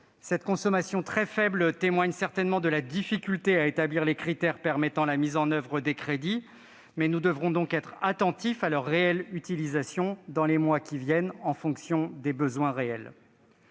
Cette consommation très faible témoigne certainement de la difficulté à établir les critères permettant leur attribution, mais nous devrons être attentifs à leur réelle utilisation, dans les mois qui viennent, en fonction des besoins réellement